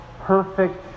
perfect